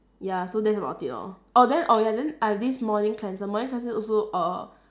ya so that's about it lor orh then oh ya then I have this morning cleanser morning cleanser also err